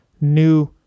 new